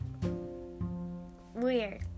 weird